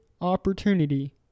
opportunity